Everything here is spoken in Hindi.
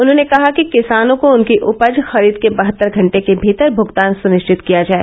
उन्होंने कहा कि किसानों को उनकी उपज खरीद के बहत्तर घंटे के भीतर भुगतान सुनिश्चित किया जाए